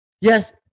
Yes